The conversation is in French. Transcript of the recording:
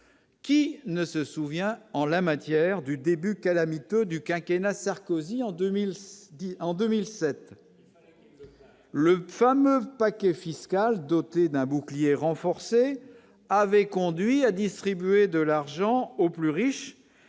qui ne se souvient en la matière du début calamiteux du quinquennat Sarkozy en 2010 en 2007, le fameux paquet fiscal, dotée d'un bouclier renforcé avait conduit à distribuer de l'argent aux plus riches,